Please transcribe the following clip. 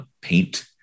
paint